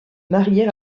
marier